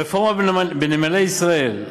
רפורמה בנמלי ישראל.